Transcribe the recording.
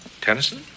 Tennyson